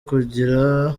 kugira